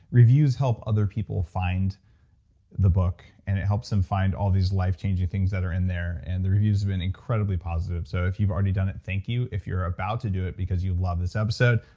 reviews help other people find the book, and it helps them find all these life-changing things that are in there, and the reviews have been incredibly positive. so if you've already done it, thank you if you're about to do it because you love this episode,